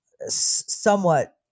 somewhat